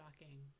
shocking